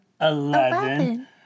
eleven